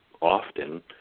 often